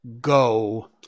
Go